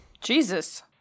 Jesus